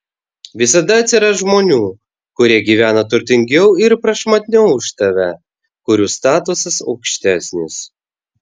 visada atsiras žmonių kurie gyvena turtingiau ir prašmatniau už tave kurių statusas aukštesnis